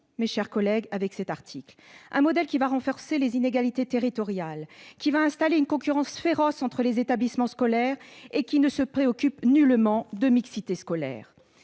mes chers collègues, avec cet article ? Un modèle qui va renforcer les inégalités territoriales, qui va installer une concurrence féroce entre les établissements scolaires et qui ne se préoccupe nullement de mixité scolaire